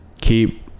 keep